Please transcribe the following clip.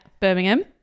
Birmingham